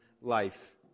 life